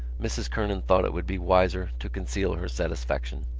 mrs. kernan thought it would be wiser to conceal her satisfaction.